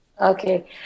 Okay